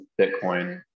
Bitcoin